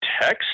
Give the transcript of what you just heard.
text